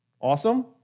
Awesome